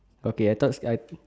okay I thought I